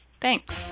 Thanks